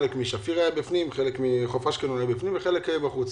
חלק משפיר היה בפנים וחלק מחוף אשקלון היה בפנים וחלק היה בחוץ.